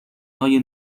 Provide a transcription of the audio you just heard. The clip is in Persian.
های